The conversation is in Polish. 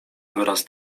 wyraz